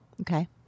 Okay